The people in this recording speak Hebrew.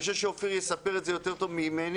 אופיר יספר על זה יותר טוב ממני.